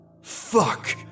Fuck